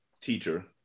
teacher